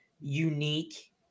unique